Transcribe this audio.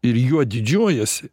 ir juo didžiuojasi